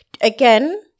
Again